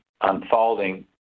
unfolding